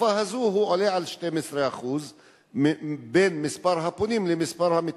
בתקופה הזאת הוא עולה על 12% ממספר הפונים שמתאשפזים.